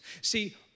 See